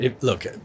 look